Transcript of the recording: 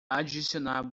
adicionar